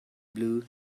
blue